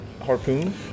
Harpoon